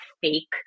fake